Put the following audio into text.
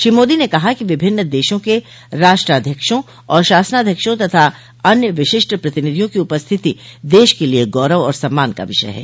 श्री मोदी ने कहा कि विभिन्न देशों के राष्ट्राध्यक्षों और शासनाध्यक्षों तथा अन्य विशिष्ट प्रतिनिधियों की उपस्थिति देश के लिए गौरव और सम्मान का विषय है